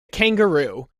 kangaroo